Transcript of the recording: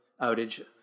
outage